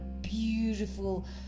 beautiful